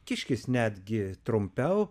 kiškis netgi trumpiau